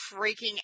freaking